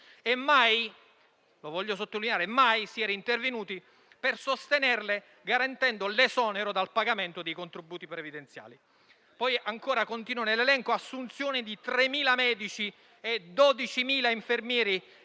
mai - si era intervenuti per sostenerle garantendo l'esonero dal pagamento dei contributi previdenziali. Continuando nell'elenco, l'assunzione di 3.000 medici e 12.000 infermieri